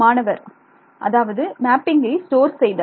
மாணவர் அதாவது மேப்பிங்கை ஸ்டோர் செய்தல்